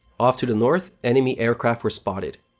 off to the north, enemy aircraft were spotted.